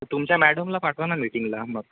तर तुमच्या मॅडमला पाठवा ना मीटिंगला मग